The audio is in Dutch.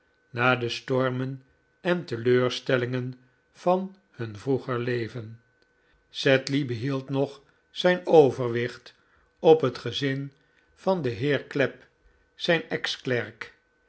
na de stormen en teleurstellingen van hun vroeger leven sedley behield nog zijn overwicht op het gezin van den heer clapp zijn